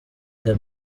the